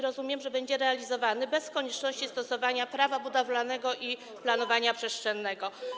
Rozumiem, że będzie realizowany bez konieczności stosowania Prawa budowlanego i planowania przestrzennego.